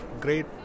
great